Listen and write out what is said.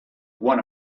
one